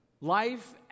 life